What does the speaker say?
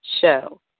Show